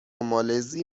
مالزی